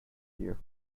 dear